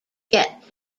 get